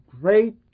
great